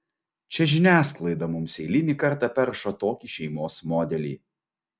čia žiniasklaida mums eilinį kartą perša tokį šeimos modelį